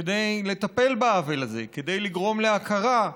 כדי לטפל בעוול הזה, כדי לגרום להכרה.